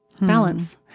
balance